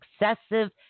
excessive